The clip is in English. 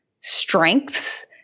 strengths